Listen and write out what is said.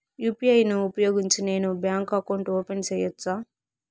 UPI ను ఉపయోగించి నేను బ్యాంకు అకౌంట్ ఓపెన్ సేయొచ్చా?